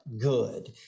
good